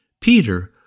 Peter